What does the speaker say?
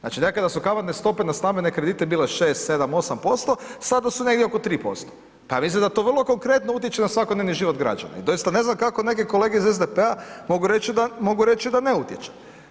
Znači da ... kamatne stope na stambene kredite bile 6-7-8%, sada su negdje oko 3%, pa mislim da to vrlo konkretno utječe na svakodnevni život građana, i doista ne znam kako neki kolege iz SDP-a mogu reći, mogu reći da ne utječe.